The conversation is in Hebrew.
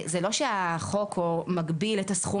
זה לא שהחוק מגביל את הסכום